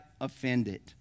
offended